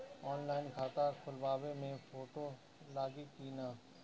Online खाता खोलबाबे मे फोटो लागि कि ना?